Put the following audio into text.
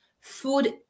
food